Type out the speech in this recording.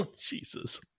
jesus